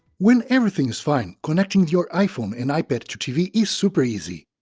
when everything is fine, connecting your iphone and ipad to tv is super easy.